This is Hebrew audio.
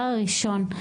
דבר ראשון,